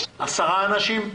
עשרה אנשים?